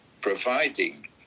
providing